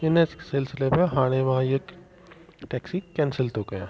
हिन सिलसिले में हाणे मां इहो टैक्सी कैंसिल थो कया